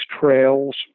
trails